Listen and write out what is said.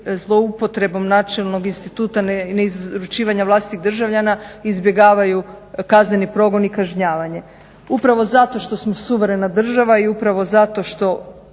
zloupotrebom načelnog instituta neizručivanja vlastitih državljana izbjegavaju kazneni progon i kažnjavanje. Upravo zato što smo suverena država i upravo zato što